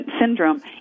syndrome